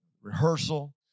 rehearsal